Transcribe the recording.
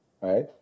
Right